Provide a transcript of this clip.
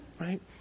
right